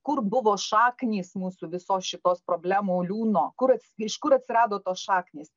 kur buvo šaknys mūsų visos šitos problemų liūno kur iš kur atsirado tos šaknys